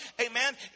amen